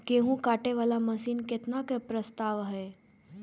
गेहूँ काटे वाला मशीन केतना के प्रस्ताव हय?